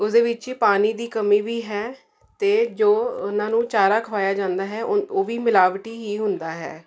ਉਸ ਦੇ ਵਿੱਚ ਹੀ ਪਾਣੀ ਦੀ ਕਮੀ ਵੀ ਹੈ ਅਤੇ ਜੋ ਉਹਨਾਂ ਨੂੰ ਚਾਰਾ ਖਵਾਇਆ ਜਾਂਦਾ ਹੈ ਉਹ ਵੀ ਮਿਲਾਵਟੀ ਹੀ ਹੁੰਦਾ ਹੈ